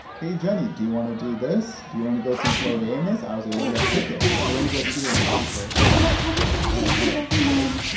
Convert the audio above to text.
hey, jenny, do you want to do this? do you want to go see tori amos? i was able to get tickets they went to go see her in concert on october seventeen, two thousand and one.